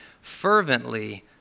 fervently